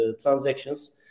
transactions